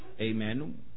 amen